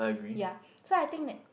ya so I think that